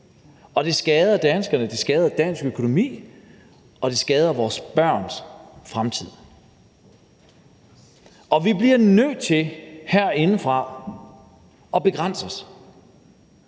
og det skader danskerne, det skader dansk økonomi, og det skader vores børns fremtid, og vi bliver herindefra nødt til at begrænse os.